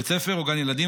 בית ספר או גן ילדים,